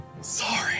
Sorry